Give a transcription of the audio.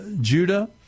Judah